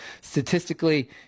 statistically